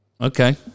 Okay